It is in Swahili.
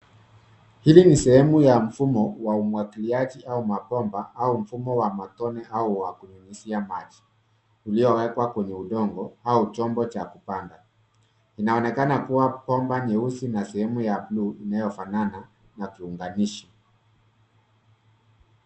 Hili ni sehemu ya mfumo wa umwagiliaji au mabomba au mfumo wa matone au wa kunyunyizia maji iliyowekwa kwenye udongo au chombo cha kupanga. Inaonekana kuwa bomba nyeusi na sehemu ya buluu inayofanana na kiunganishi.